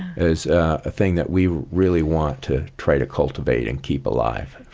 is a thing that we really want to try to cultivate and keep alive